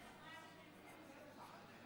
שלוש דקות.